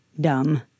dumb